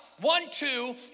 one-two